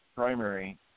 primary